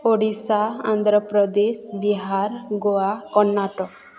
Odisha Andhra Pradesh Bihar Goa Karnataka